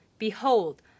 Behold